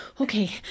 okay